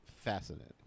Fascinating